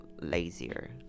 Lazier